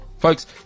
Folks